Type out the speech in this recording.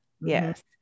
Yes